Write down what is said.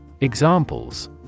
Examples